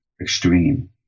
extreme